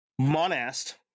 Monast